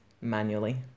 manually